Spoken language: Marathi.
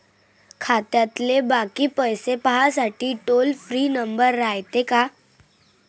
खात्यातले बाकी पैसे पाहासाठी टोल फ्री नंबर रायते का?